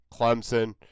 Clemson